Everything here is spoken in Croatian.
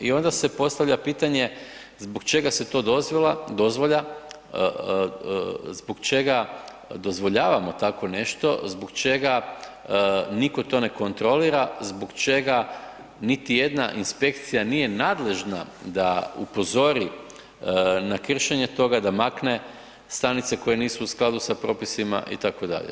I onda se postavlja pitanje zbog čega se to dozvoljava, zbog čega dozvoljavamo takvo nešto, zbog čega nitko to ne kontrolira, zbog čega niti jedna inspekcija nije nadležna da upozori na kršenje toga da makne stanice koje nisu u skladu sa propisima itd.